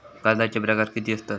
कर्जाचे प्रकार कीती असतत?